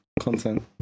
Content